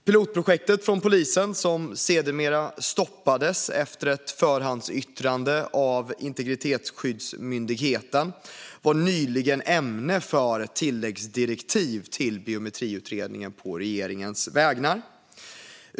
Pilotprojektet från polisen, som sedermera stoppades efter ett förhandsyttrande av Integritetsskyddsmyndigheten, var nyligen ämne för tillläggsdirektiv till Biometriutredningen på regeringens vägnar.